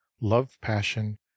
love-passion